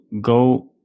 go